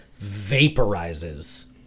vaporizes